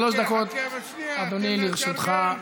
שלוש דקות, אדוני, לרשותך.